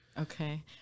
Okay